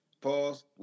Pause